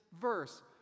verse